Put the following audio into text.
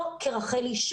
לא כרחלי,